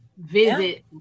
visit